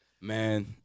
Man